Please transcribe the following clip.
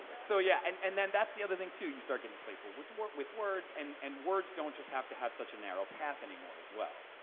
so yeah and and then that's the other thing too you start getting playful what's work with words, and and words don't just have to have such a narrow path anymore as well.